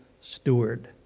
steward